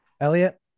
Elliot